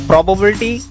Probability